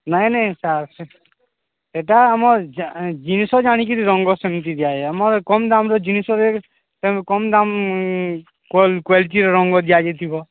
ନାଇଁ ନାଇଁ ସାର୍ ସେଟା ଆମର ଜିନିଷ ଜାଣିକିରି ରଙ୍ଗ ସେମିତି ଦିଆଯାଏ ଆମର କମ୍ ଦାମ୍ର ଜିନିଷ୍ରେ କମ୍ ଦାମ୍ କ୍ଵାଲିଟିର ରଙ୍ଗ ଦିଆଯାଇଥିବ